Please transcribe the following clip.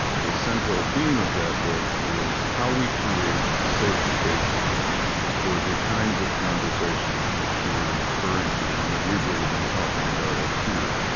the central theme of that book is how we create safe spaces for the kinds of conversations that you're referring to and that we've really been talking about up here.